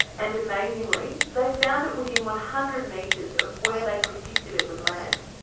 and amazingly they found it within one hundred metres of where they predicted it would land,